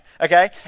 okay